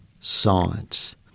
science